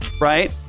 Right